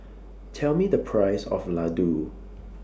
Tell Me The Price of Ladoo